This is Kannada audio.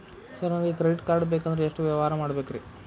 ಸರ್ ನನಗೆ ಕ್ರೆಡಿಟ್ ಕಾರ್ಡ್ ಬೇಕಂದ್ರೆ ಎಷ್ಟು ವ್ಯವಹಾರ ಮಾಡಬೇಕ್ರಿ?